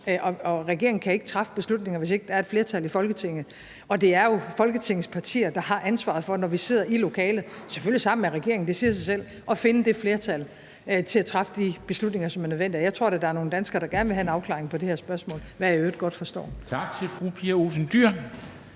og regeringen kan ikke træffe beslutninger, hvis ikke der er et flertal Folketinget, og det er jo Folketingets partier, der, når vi sidder i lokalet, har ansvaret for – selvfølgelig sammen med regeringen; det siger sig selv – at finde det flertal til at træffe de beslutninger, som er nødvendige. Og jeg tror da, at der er nogle danskere, der gerne vil have en afklaring på det her spørgsmål, hvad jeg i øvrigt godt forstår.